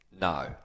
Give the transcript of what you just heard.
No